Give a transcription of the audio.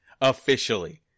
officially